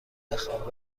بخواب